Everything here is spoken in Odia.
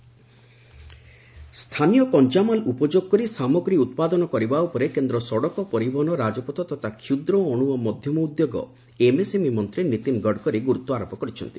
ନୀତିନ ଗଡ଼କରୀ ଏମ୍ଏସ୍ଏମ୍ଇ ସ୍ଥାନୀୟ କଞ୍ଚାମାଲ ଉପଯୋଗ କରି ସାମଗ୍ରୀ ଉତ୍ପାଦନ କରିବା ଉପରେ କେନ୍ଦ୍ର ସଡ଼କ ପରିବହନ ରାଜପଥ ତଥା କ୍ଷୁଦ୍ର ଅଣୁ ଓ ମଧ୍ୟମ ଉଦ୍ୟୋଗ ଏମ୍ଏସ୍ଏମ୍ଇ ମନ୍ତ୍ରୀ ନୀତିନ ଗଡ଼କରୀ ଗୁରୁତ୍ୱାରୋପ କରିଛନ୍ତି